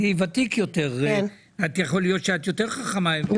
אני חושבת שמן הראוי והמתבקש לא